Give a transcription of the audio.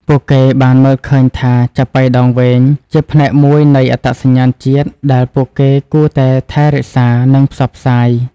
ពួកគេបានមើលឃើញថា ចាប៉ីដងវែង ជាផ្នែកមួយនៃអត្តសញ្ញាណជាតិដែលពួកគេគួរតែថែរក្សា និងផ្សព្វផ្សាយ។